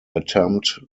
attempt